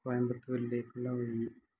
കോയമ്പത്തൂരിലേക്കുള്ള വഴി